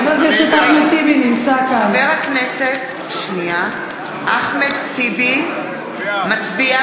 חבר הכנסת אחמד טיבי מצביע